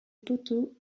poteaux